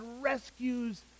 rescues